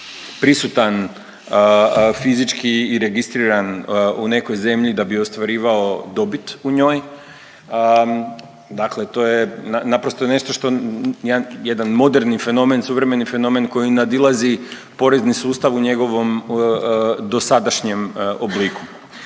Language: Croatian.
prisutan fizički i registriran u nekoj zemlji da bi ostvarivao dobit u njoj, dakle to je naprosto nešto što ja, jedan moderni fenomen, suvremeni fenomen koji nadilazi porezni sustav u njegovom dosadašnjem obliku